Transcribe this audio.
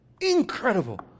Incredible